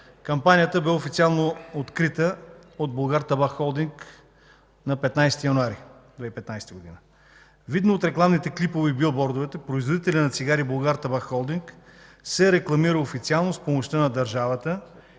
Кампанията бе официално открита от „Булгартабак холдинг” на 15 януари 2015 г. Видно от рекламните клипове и билбордовете, производителят на цигари „Булгартабак холдинг”, се рекламира официално с помощта на държавата,